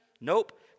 Nope